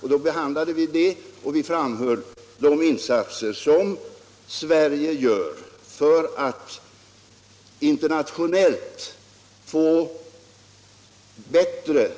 När vi behandlade den frågan framhöll vi de insatser som Sverige gör för att internationellt få till stånd bättre